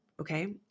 Okay